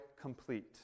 complete